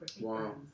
Wow